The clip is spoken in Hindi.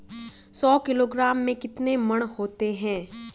सौ किलोग्राम में कितने मण होते हैं?